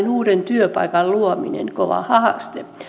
uuden työpaikan luominen kova haaste